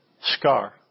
Scar